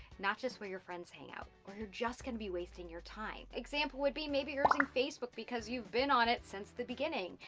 not just where your friends hang out, or you're just gonna be wasting your time. example would be maybe using facebook because you've been on it since the beginning.